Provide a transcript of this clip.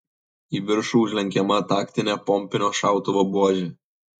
į viršų užlenkiama taktinė pompinio šautuvo buožė